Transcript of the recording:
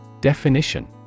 Definition